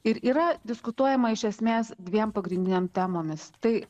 ir yra diskutuojama iš esmės dviem pagrindinėm temomis tai